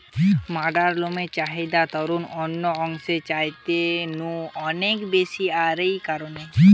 ম্যাড়ার লমের চাহিদা তারুর অন্যান্য অংশের চাইতে নু অনেক বেশি আর ঔ কারণেই